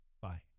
Bye